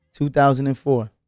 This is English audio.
2004